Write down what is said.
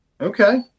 okay